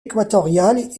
équatoriale